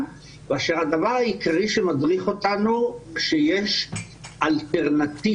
כאשר הדבר העיקרי שמדריך אותנו הוא שיש אלטרנטיבה,